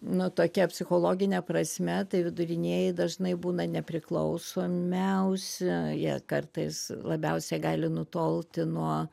nu tokia psichologine prasme tai vidurinieji dažnai būna nepriklausomiausi jie kartais labiausiai gali nutolti nuo